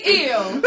ill